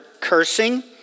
cursing